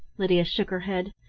lydia shook her head.